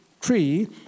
tree